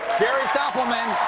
jerry stoppelman,